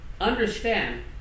Understand